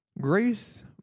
Grace